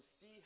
see